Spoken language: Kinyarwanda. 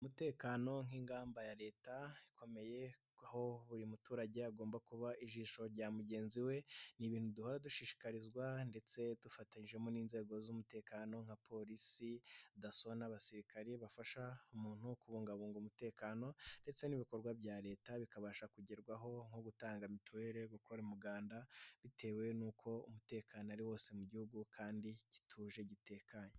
Umutekano nk'ingamba ya Leta ikomeye aho buri muturage agomba kuba ijisho rya mugenzi we, ni ibintu duhora dushishikarizwa ndetse dufatanyijemo n'inzego z'umutekano nka Polisi Dasso n'abasirikare bafasha umuntu kubungabunga umutekano ndetse n'ibikorwa bya Leta bikabasha kugerwaho, nko: gutanga Mituweli, gukora umuganda, bitewe n'uko umutekano ari wose mu Gihugu kandi gituje gitekanye.